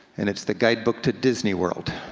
and it's the guidebook to disney world.